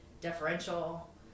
deferential